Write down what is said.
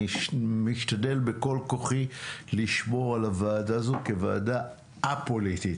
אני משתדל בכל כוחי לשמור על הוועדה הזו כוועדה א-פוליטית,